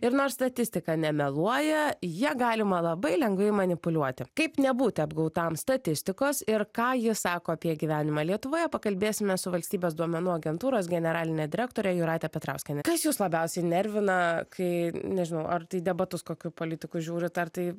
ir nors statistika nemeluoja ja galima labai lengvai manipuliuoti kaip nebūti apgautam statistikos ir ką ji sako apie gyvenimą lietuvoje pakalbėsime su valstybės duomenų agentūros generaline direktore jūrate petrauskiene kas jus labiausiai nervina kai nežinau ar tai debatus kokių politikų žiūrit ar tai